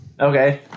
Okay